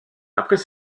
après